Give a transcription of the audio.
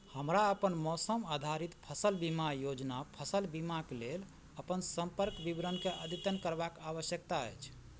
हमरा अपन मौसम आधारित फसल बीमा योजना फसल बीमाक लेल अपन सम्पर्क विवरणके अद्यतन करबाक आवश्यकता अछि